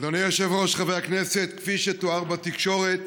אדוני היושב-ראש, חברי הכנסת, כפי שתואר בתקשורת,